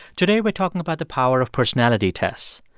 today we're talking about the power of personality tests.